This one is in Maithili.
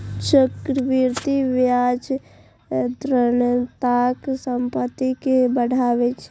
चक्रवृद्धि ब्याज ऋणदाताक संपत्ति कें बढ़ाबै छै